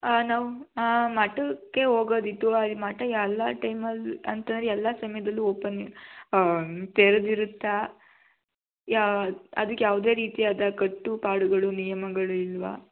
ನಾವು ಮಠಕ್ಕೆ ಹೋಗೋದಿತ್ತು ಅಲ್ಲಿ ಮಠ ಎಲ್ಲ ಟೈಮಲ್ಲಿ ಅಂತಂದ್ರೆ ಎಲ್ಲ ಸಮಯದಲ್ಲೂ ಓಪನ್ ತೆರೆದಿರುತ್ತಾ ಅದಕ್ಕೆ ಯಾವುದೇ ರೀತಿಯಾದ ಕಟ್ಟುಪಾಡುಗಳು ನಿಯಮಗಳು ಇಲ್ಲವಾ